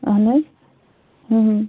اَہن حظ